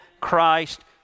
Christ